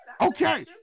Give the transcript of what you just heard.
Okay